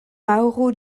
mauro